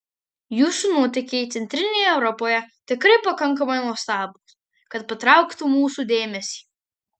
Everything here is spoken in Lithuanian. jūsų nuotykiai centrinėje europoje tikrai pakankamai nuostabūs kad patrauktų mūsų dėmesį